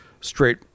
straight